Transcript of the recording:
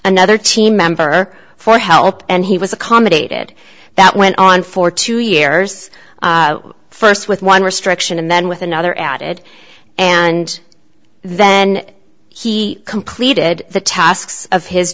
another team member for help and he was accommodated that went on for two years first with one restriction and then with another added and then he completed the tasks of his